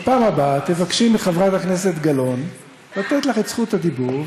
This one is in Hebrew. בפעם הבאה תבקשי מחברת הכנסת גלאון לתת לך את זכות הדיבור,